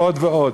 ועוד ועוד.